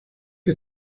que